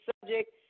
subject